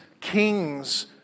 kings